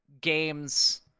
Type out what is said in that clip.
games